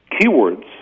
keywords